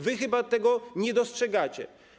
Wy chyba tego nie dostrzegacie.